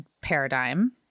paradigm